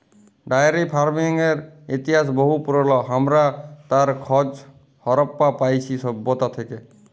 diary ফার্মিংয়ের ইতিহাস বহু পুরল, হামরা তার খজ হারাপ্পা পাইছি সভ্যতা থেক্যে